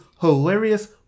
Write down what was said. hilarious